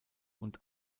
und